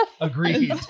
Agreed